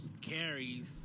carries